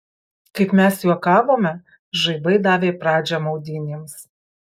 kaip mes juokavome žaibai davė pradžią maudynėms